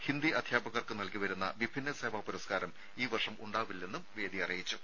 ഹിന്ദി അധ്യാപകർക്ക് നൽകി വരുന്ന വിഭിന്ന സേവാ പുരസ്കാരം ഈ വർഷം ഉണ്ടാവില്ലെന്നും വേദി അറിയിച്ചു